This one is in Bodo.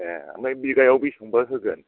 ए ओमफ्राय बिगायाव बेसेबांबा होगोन